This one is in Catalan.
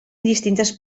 distintes